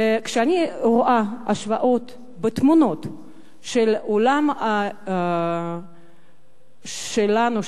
כשאני רואה השוואות בתמונות של העולם שלנו,